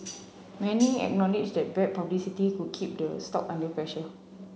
many acknowledge that bad publicity could keep the stock under pressure